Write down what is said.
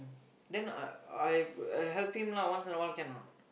then I I I help him lah once in a while can or not